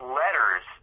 letters